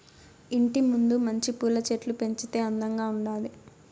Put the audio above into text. ఇంటి ముందు మంచి పూల చెట్లు పెంచితే అందంగా ఉండాది